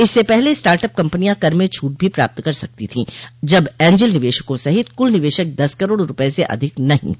इससे पहले स्टार्टअप कम्पनियां कर में छूट भी प्राप्त कर सकती थी जब एंजल निवेशकों सहित कुल निवेश दस करोड़ रुपये से अधिक नहीं हो